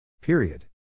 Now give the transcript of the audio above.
Period